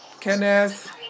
Kenneth